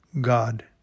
God